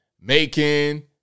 Macon